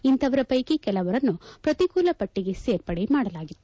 ಇಂತಹವರ ಪೈಕಿ ಕೆಲವರನ್ನು ಪ್ರತಿಕೂಲ ಪಟ್ಟಗೆ ಸೇರ್ಪಡೆ ಮಾಡಲಾಗಿತ್ತು